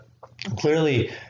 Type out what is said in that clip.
clearly